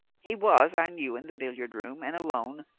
he was, i knew, in the billiard-room, and alone,